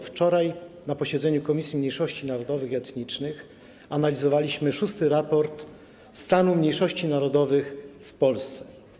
Wczoraj na posiedzeniu Komisji Mniejszości Narodowych i Etnicznych analizowaliśmy VI raport dotyczący stanu mniejszości narodowych w Polsce.